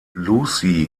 lucy